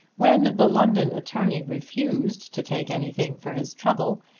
when the london attorney refused to take anything for his trouble,